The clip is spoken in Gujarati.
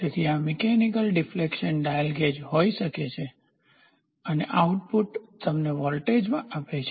તેથી આ મેકેનિકલ ડિફેક્લેશન ડાયલ ગેજ હોઈ શકે છે અને આઉટપુટ તમને વોલ્ટેજમાં આપે છે